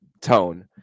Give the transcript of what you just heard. tone